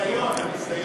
ביזיון.